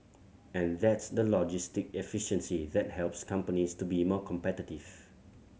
and that's the logistic efficiency that helps companies to be more competitive